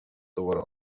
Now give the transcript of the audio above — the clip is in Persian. دوباره